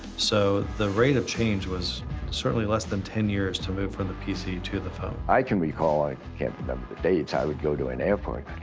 so the rate of change was certainly less than ten years to move from the pc to the phone. i can recall, i can't remember the dates, i would go to an airport,